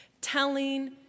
telling